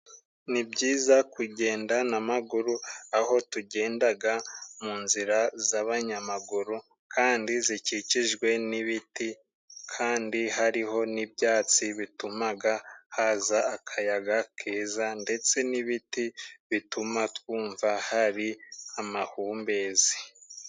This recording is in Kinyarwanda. Ni byiza kugenda n'amaguru aho tugendaga mu nzira z'abanyamaguru kandi zikikijwe n'ibiti kandi hari ho n'ibyatsi bitumaga haza akayaga keza ndetse n'ibiti bituma twumva hari amahumbezi.